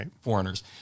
foreigners